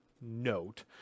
note